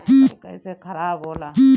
फसल कैसे खाराब होला?